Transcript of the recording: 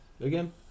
Again